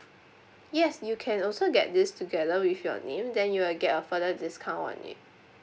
yes you can also get this together with your name then you will get a further discount on it